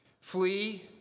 Flee